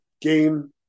game